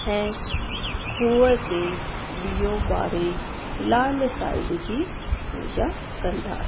ऐं खूह ते ॾीओ ॿारे लाल साहिब जी पूॼा कंदा आहिनि